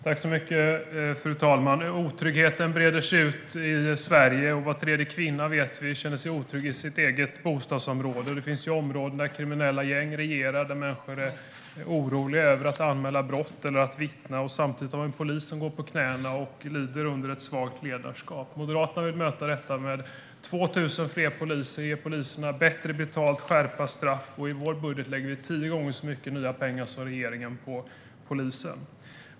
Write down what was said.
Fru talman! Otryggheten breder ut sig i Sverige. Vi vet att var tredje kvinna känner sig otrygg i sitt eget bostadsområde, och det finns områden där kriminella gäng regerar och människor är oroliga över att anmäla brott eller att vittna. Samtidigt har vi en polis som går på knäna och lider under ett svagt ledarskap. Moderaterna vill möta detta med 2 000 fler poliser, med att ge poliserna bättre betalt och med att skärpa straffen. I vår budget lägger vi tio gånger så mycket nya pengar som regeringen på polisen.